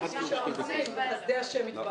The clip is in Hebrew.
הישיבה ננעלה